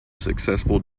successful